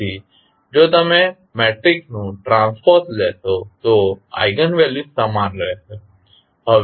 તેથી જો તમે મેટ્રિક્સનું ટ્રાન્સપોઝ લેશો તો આઇગન વેલ્યુસ સમાન રહેશે